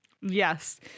Yes